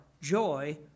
joy